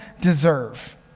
deserve